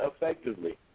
effectively